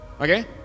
Okay